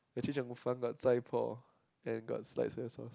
actually there's more fun got chai-poh and got light soya-sauce